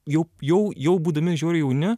jau jau jau būdami žiauriai jauni